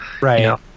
Right